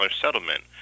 settlement